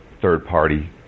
third-party